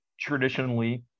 traditionally